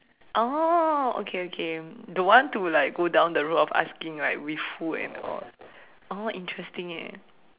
oh okay okay don't want to like go down the road of asking like with who and all oh interesting eh